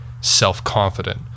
self-confident